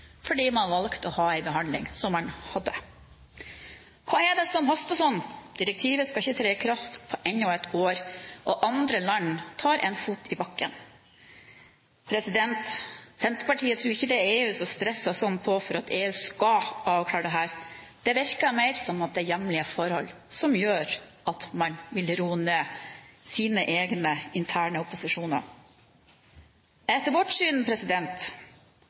fordi man valgte den behandlingen man gjorde. Hva er det som haster sånn? Direktivet skal ikke tre i kraft på enda et år, og andre land setter en fot i bakken. Senterpartiet tror ikke det er EU som stresser på for å få Norge til å avklare dette. Det virker mer som om det er hjemlige forhold som gjør at man vil roe ned sine egne interne opposisjoner. Etter vårt syn